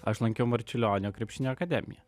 aš lankiau marčiulionio krepšinio akademiją